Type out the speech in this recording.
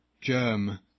germ